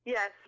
Yes